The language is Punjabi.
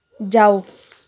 ਜਾਓ